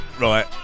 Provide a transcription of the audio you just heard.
right